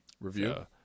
review